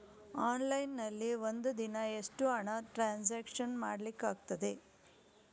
Online ನಲ್ಲಿ ಒಂದು ದಿನ ಎಷ್ಟು ಹಣ ಟ್ರಾನ್ಸ್ಫರ್ ಮಾಡ್ಲಿಕ್ಕಾಗ್ತದೆ?